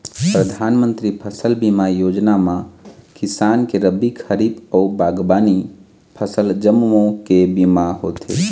परधानमंतरी फसल बीमा योजना म किसान के रबी, खरीफ अउ बागबामनी फसल जम्मो के बीमा होथे